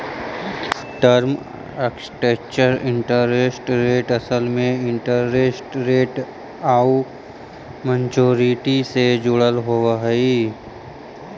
term structure interest rate असल में interest rate आउ मैच्योरिटी से जुड़ल होवऽ हई